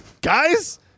guys